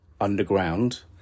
underground